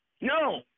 No